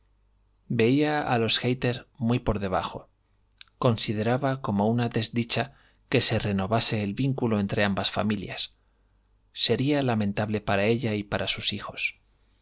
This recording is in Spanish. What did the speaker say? a los hayter muy por debajo consideraba como una desdicha que se renovase el vínculo entre ambas familias sería lamentable para ella y para sus hijos